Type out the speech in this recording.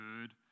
good